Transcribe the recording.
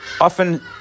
Often